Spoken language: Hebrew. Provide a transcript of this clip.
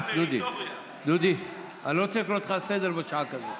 דודי, אני לא רוצה לקרוא אותך לסדר בשעה כזאת.